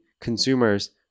consumers